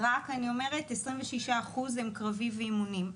רק אני אומרת, 26% הם קרבי ואימונים.